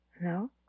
No